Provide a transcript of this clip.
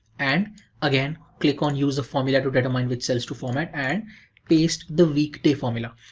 and again click on use a formula to determine which cells to format and paste the weekday formula.